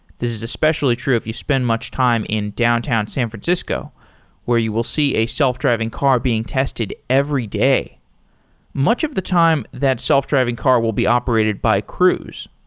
this is especially true if you spend much time in downtown, san francisco where you will see a self-driving car being tested every day much of the time, that self-driving car will be operated by cruise.